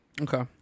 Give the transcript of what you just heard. Okay